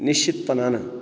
निश्चितपणानं